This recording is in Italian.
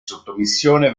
sottomissione